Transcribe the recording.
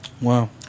Wow